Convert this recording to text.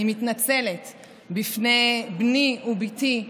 אני מתנצלת בפני בני ובתי המתבגרים,